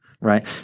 right